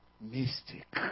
Mystic